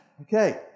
Okay